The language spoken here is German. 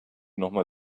nochmal